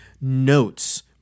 notes